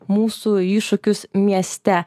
mūsų iššūkius mieste